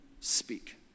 speak